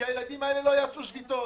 כי הילדים האלה לא יעשו שביתות.